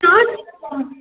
charge ஆ